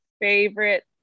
favorite